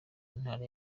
ntara